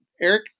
Eric